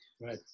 Right